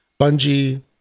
Bungie